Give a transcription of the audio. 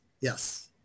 yes